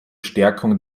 stärkung